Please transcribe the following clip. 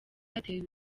yateye